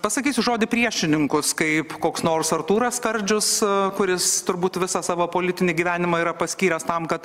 pasakysiu žodį priešininkus kaip koks nors artūras skardžius kuris turbūt visą savo politinį gyvenimą yra paskyręs tam kad